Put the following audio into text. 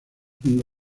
junto